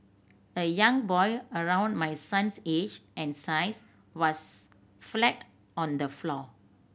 a young boy around my son's age and size was flat on the floor